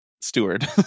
steward